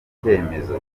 icyemezo